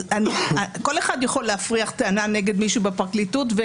כל אחד יכול להפריח טענה נגד מישהו בפרקליטות.